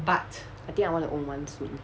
I think I want to own one soon